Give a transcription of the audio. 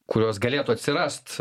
kurios galėtų atsirast